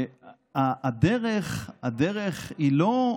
הדרך היא לא,